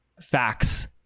facts